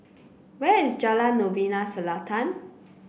where is Jalan Novena Selatan